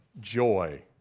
joy